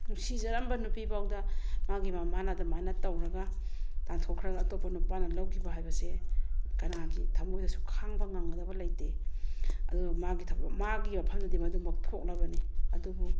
ꯅꯨꯡꯁꯤꯖꯔꯝꯕ ꯅꯨꯄꯤ ꯐꯥꯎꯗ ꯃꯥꯒꯤ ꯃꯃꯥꯅ ꯑꯗꯨꯃꯥꯏꯅ ꯇꯧꯔꯒ ꯇꯥꯟꯊꯣꯛꯈ꯭ꯔꯒ ꯑꯇꯣꯞꯄ ꯅꯨꯄꯥꯅ ꯂꯧꯈꯤꯕ ꯍꯥꯏꯕꯁꯦ ꯀꯅꯥꯒꯤ ꯊꯃꯣꯏꯗꯁꯨ ꯈꯥꯡꯕ ꯉꯝꯒꯗꯕ ꯂꯩꯇꯦ ꯑꯗꯨꯕꯨ ꯃꯥꯒꯤ ꯃꯐꯝꯗꯗꯤ ꯃꯗꯨꯃꯛ ꯊꯣꯛꯂꯕꯅꯦ ꯑꯗꯨꯕꯨ